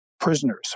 prisoners